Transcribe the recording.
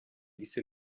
disse